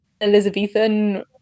elizabethan